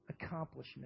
accomplishment